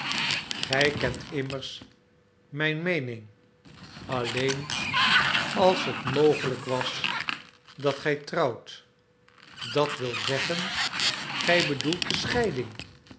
kent immers mijn meening alleen als het mogelijk was dat gij trouwdet dat wil zeggen gij bedoelt de scheiding